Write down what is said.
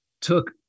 Took